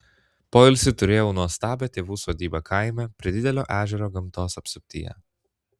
poilsiui turėjau nuostabią tėvų sodybą kaime prie didelio ežero gamtos apsuptyje